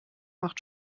macht